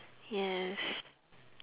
yes